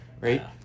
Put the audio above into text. right